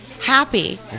happy